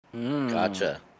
Gotcha